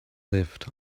lived